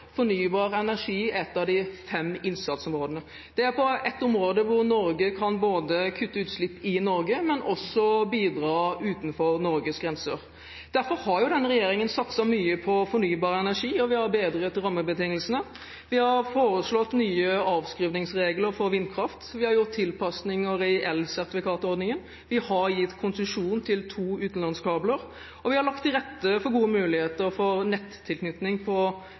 fornybar energi er ett av de fem innsatsområdene. Dette er ett område hvor Norge både kan kutte utslipp i Norge og også bidra utenfor Norges grenser. Derfor har denne regjeringen satset mye på fornybar energi, og vi har bedret rammebetingelsene. Vi har foreslått nye avskrivningsregler for vindkraft, vi har gjort tilpasninger i elsertifikatordningen, vi har gitt konsesjon til to utenlandskabler, og vi har lagt til rette for gode muligheter for nettilknytning på